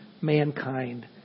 mankind